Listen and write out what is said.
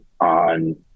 on